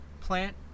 plant